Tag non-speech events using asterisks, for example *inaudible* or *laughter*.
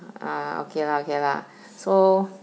err okay lah okay lah *breath* so